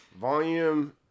Volume